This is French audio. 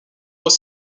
voir